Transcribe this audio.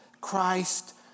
Christ